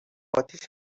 آتیش